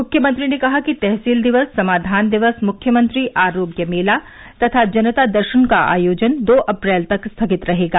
मुख्यमंत्री ने कहा कि तहसील दिवस समाधान दिवस मुख्यमंत्री आरोग्य मेला तथा जनता दर्शन का आयोजन दो अप्रैल तक स्थगित रहेगा